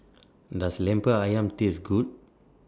Does Lemper Ayam Taste Good